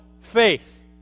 faith